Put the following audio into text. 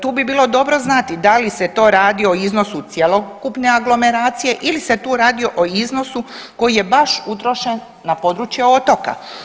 Tu bi bilo dobro znati da li se to radi o iznosu cjelokupne aglomeracije ili se tu radi o iznosu koji je baš utrošen na područje otoka.